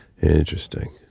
Interesting